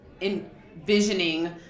envisioning